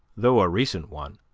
though a recent one,